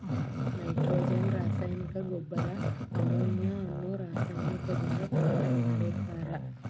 nitrogen ರಾಸಾಯನಿಕ ಗೊಬ್ಬರ ammonia ಅನ್ನೋ ರಾಸಾಯನಿಕದಿಂದ ತಯಾರ್ ಮಾಡಿರ್ತಾರ